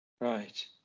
Right